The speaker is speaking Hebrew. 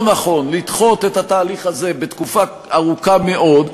לא נכון לדחות את התהליך הזה לתקופה ארוכה מאוד,